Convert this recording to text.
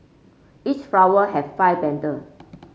each flower have five petal